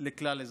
לכלל האזרחים.